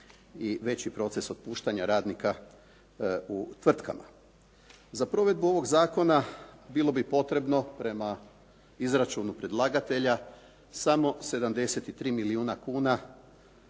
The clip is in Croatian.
i veći proces otpuštanja radnika u tvrtkama. Za provedbu ovog zakona bilo bi potrebno prema izračunu predlagatelja samo 73 milijuna kuna,